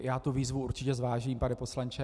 Já tu výzvu určitě zvážím, pane poslanče.